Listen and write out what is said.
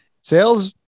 Sales